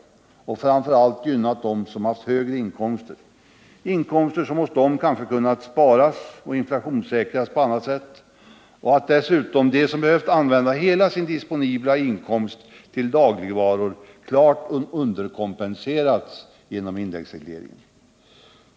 Den har framför allt gynnat dem som haft högre inkomster, inkomster som de kanske kunnat spara och inflationssäkra på annat sätt. De som behövt använda hela sin disponibla inkomst till dagligvaror har däremot klart underkompenserats.